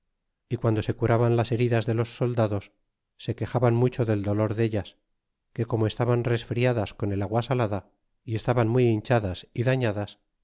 y guando se curaban las heridas los soldados se quejaban mucho del dolor dellas que como estaban resfriadas con el agua salada y estaban muy hinchadas y dalladas